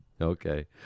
okay